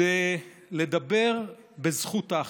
כדי לדבר בזכות האחדות.